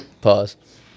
Pause